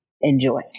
enjoy